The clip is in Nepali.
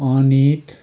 अनित